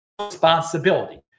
responsibility